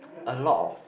a lot of